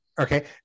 Okay